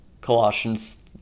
Colossians